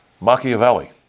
Machiavelli